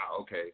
okay